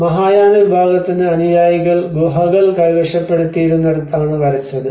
മഹായാന വിഭാഗത്തിന് അനുയായികൾ ഗുഹകൾ കൈവശപ്പെടുത്തിയിരുന്നിടത്താണ് വരച്ചത്